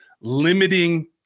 limiting